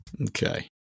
Okay